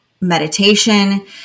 meditation